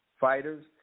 fighters